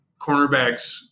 cornerbacks